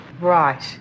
Right